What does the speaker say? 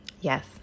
Yes